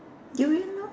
durian lor